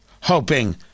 hoping